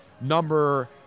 number